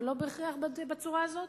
אבל לא בהכרח בצורה הזאת.